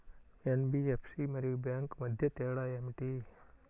NBFC మరియు bank మధ్య తేడా ఏమిటీ?